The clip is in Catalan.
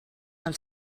del